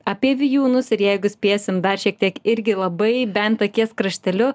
apie vijūnus ir jeigu spėsim dar šiek tiek irgi labai bent akies krašteliu